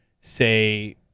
say